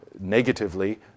negatively